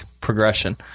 progression